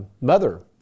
mother